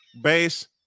Bass